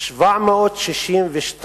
762